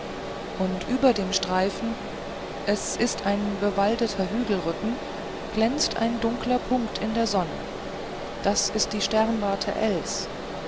und über dem streifen es ist ein bewaldeter hügelrücken glänzt ein heller punkt in der sonne das ist die sternwarte